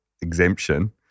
exemption